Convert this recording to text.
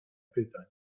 pytań